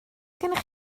gennych